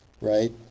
right